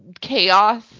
chaos